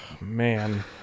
man